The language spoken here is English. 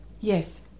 yes